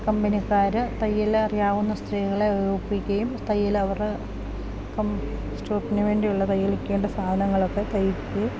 കമ്പനിക്കാര് തയ്യലറിയാവുന്ന സ്ത്രീകളെ ഒപ്പിക്കുകയും തയ്യലവര് കംസ്റ്റ്രൂട്ടിന് വേണ്ടിയുള്ള തയ്യയിലിക്കേണ്ട സാധനങ്ങളൊക്കെ തയ്യ്ക്കുകേം